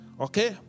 Okay